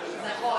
נכון,